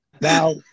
Now